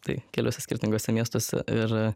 tai keliuose skirtinguose miestuose ir